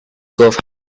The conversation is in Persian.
گفت